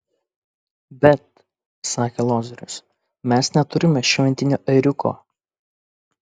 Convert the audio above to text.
bet sakė lozorius mes neturime šventinio ėriuko